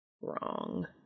Wrong